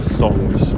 songs